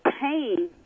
pain